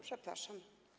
Przepraszam.